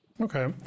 Okay